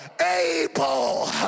able